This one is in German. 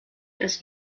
das